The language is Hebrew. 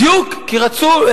בדיוק כי רצו,